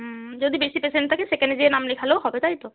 হুম যদি বেশি পেশেন্ট থাকে সেখানে যেয়ে নাম লেখালেও হবে তাই তো